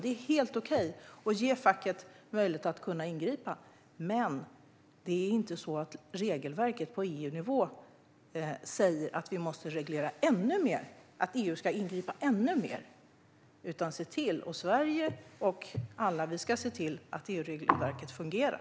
Det är helt okej att ge facket möjlighet att kunna ingripa, men det är inte så att regelverket på EU-nivå säger att vi måste reglera ännu mer och att EU ska ingripa ännu mer. Sverige och övriga länder ska se till att EU-regelverket fungerar.